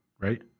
right